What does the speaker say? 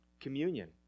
communion